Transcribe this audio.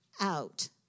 Out